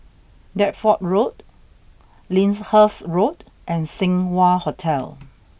Deptford Road Lyndhurst Road and Seng Wah Hotel